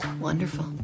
Wonderful